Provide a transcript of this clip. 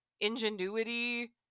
ingenuity